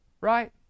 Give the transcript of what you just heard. right